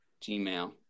gmail